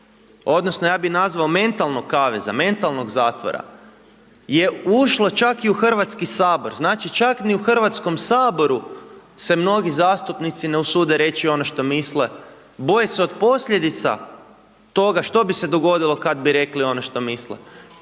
odnosno ja bih nazvao mentalnog kaveza, mentalnog zatvora je ušlo čak i u Hrvatski sabor. Znači čak ni u Hrvatskom saboru se mnogi zastupnici ne usude reći ono što misle, boje se od posljedica toga što bi se dogodilo kada bi rekli ono što misle